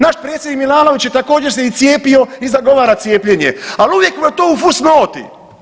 Naš predsjednik Milanović također se i cijepio i zagovara cijepljenje, al uvijek vam je to u fus noti.